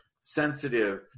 sensitive